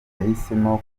yahisemo